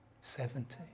Seventy